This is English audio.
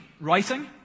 writing